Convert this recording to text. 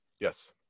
Yes